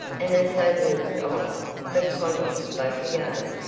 and as they walked on macconnell spoke again,